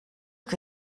que